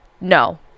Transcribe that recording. no